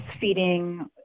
feeding